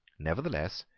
nevertheless,